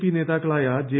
P നേതാക്കളായ J